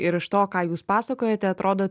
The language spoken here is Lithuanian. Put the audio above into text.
ir iš to ką jūs pasakojate atrodo